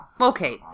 okay